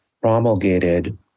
promulgated